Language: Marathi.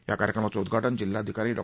या कार्यक्रमाचं उद्घाटन जिल्हाधिकारी डॉ